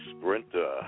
Sprinter